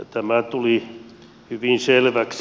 tämä tuli hyvin selväksi